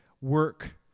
work